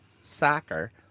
soccer